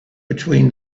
between